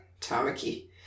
Tamaki